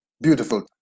Beautiful